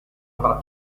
avrà